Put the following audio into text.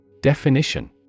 Definition